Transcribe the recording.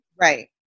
Right